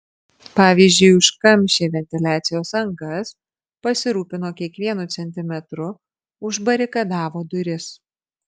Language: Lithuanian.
pavyzdžiui užkamšė ventiliacijos angas pasirūpino kiekvienu centimetru užbarikadavo duris